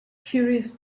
curious